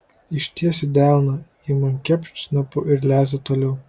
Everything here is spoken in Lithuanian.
ištiesiu delną ji man kepšt snapu ir lesa toliau